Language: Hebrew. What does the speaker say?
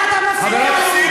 אתה שר ואתה מפריע לי,